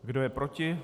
Kdo je proti?